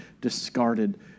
discarded